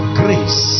grace